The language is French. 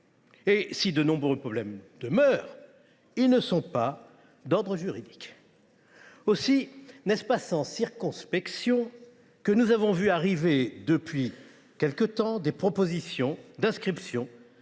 Et, si de nombreux problèmes demeurent, ils ne sont pas d’ordre juridique. Aussi n’est ce pas sans circonspection que nous avons vu arriver, depuis quelque temps, des propositions d’inscription